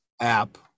app